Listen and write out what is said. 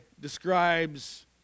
describes